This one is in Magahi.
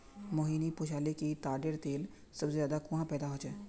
मोहिनी पूछाले कि ताडेर तेल सबसे ज्यादा कुहाँ पैदा ह छे